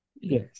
Yes